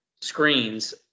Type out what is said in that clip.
screens